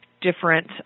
different